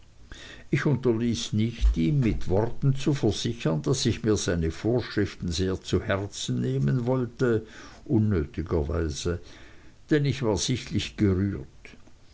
ich unterließ nicht ihm mit worten zu versichern daß ich mir seine vorschriften sehr zu herzen nehmen wollte unnötigerweise denn ich war sichtlich gerührt